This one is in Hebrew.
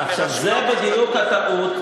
זו בדיוק הטעות,